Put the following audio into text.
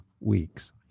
weeks